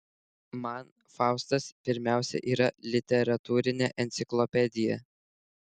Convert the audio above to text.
man faustas pirmiausia yra literatūrinė enciklopedija